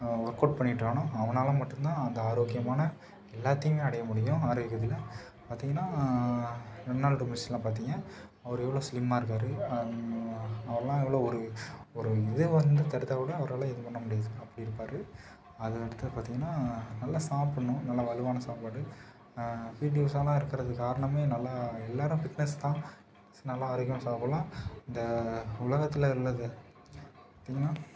workout பண்ணிகிட்ருக்கானோ அவனால் மட்டும் தான் அந்த ஆரோக்கியமான எல்லாத்தையுமே அடைய முடியும் ஆரோக்கியத்தில் பார்த்தீங்கன்னா ரெனால்டோ மெஸ்ஸி எல்லாம் பார்த்தீங்க அவர் எவ்வளோ ஸ்லிம்மாக இருக்கார் அவரெல்லாம் எவ்வளோ ஒரு ஒரு இது வந்து தடுத்தால் கூட அவரால் எதுவும் பண்ண முடியாது அப்படி இருப்பார் அது அடுத்தது பார்த்தீங்கன்னா நல்ல சாப்பிட்ணும் நல்ல வலுவான சாப்பாடு பிடி உஷாவெல்லாம் இருக்கிறது காரணமே நல்லா எல்லாேரும் ஃபிட்னஸ் தான் ஸ் நல்லா ஆரோக்கியமாக சாப்பிட்லாம் இந்த உலகத்தில் உள்ளது பார்த்தீங்கன்னா